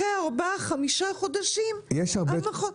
אחרי ארבעה חמישה חודשים מבקשים עוד משהו.